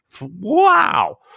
Wow